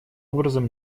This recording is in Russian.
образом